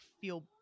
feel